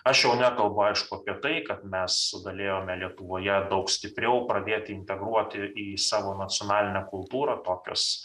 aš jau nekalbu aišku apie tai kad mes galėjome lietuvoje daug stipriau pradėti integruoti į savo nacionalinę kultūrą tokias